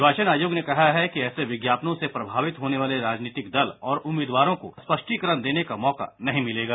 निर्वाचन आयोग ने कहा है कि ऐसे विज्ञापनों से प्रभावित होने वाले राजनीतिक दल और उम्मीदवारों को स्पष्टीकरण देने का मौका नहीं मिलेगा